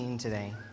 today